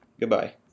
Goodbye